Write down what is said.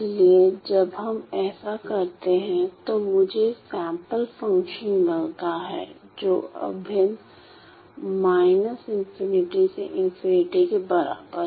इसलिए जब हम ऐसा करते हैं तो मुझे सैंपल फंक्शन मिलता है जो अभिन्न −∞ से ∞ के बराबर है